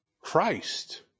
Christ